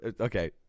okay